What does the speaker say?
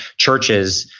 churches.